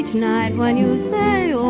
night and when you say